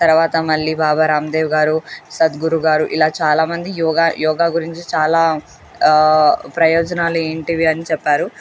తర్వాత మళ్ళీ బాగా రాందేవ్ గారు సద్గురు గారు ఇలా చాలామంది యోగా యోగా గురించి చాలా ప్రయోజనాలు ఏంటివి అని చెప్పారు